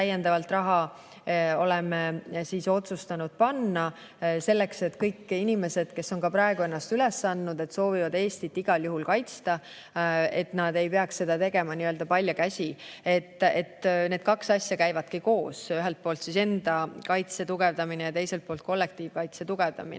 täiendavat raha panna, selleks et kõik inimesed, kes on praegu ennast üles andnud, et soovivad Eestit igal juhul kaitsta, ei peaks seda tegema nii‑öelda paljakäsi. Need kaks asja käivadki koos: ühelt poolt enda kaitse tugevdamine ja teiselt poolt kollektiivkaitse tugevdamine.